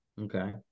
Okay